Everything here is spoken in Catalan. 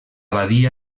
badia